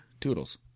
Toodles